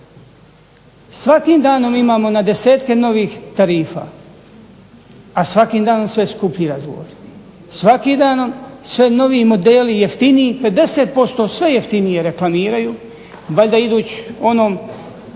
Svakim danom imamo na desetke novih tarifa, a svakim danom sve su skuplji razgovori. Svakim danom sve noviji modeli jeftiniji. 50% sve jeftinije reklamiraju valjda iduć onom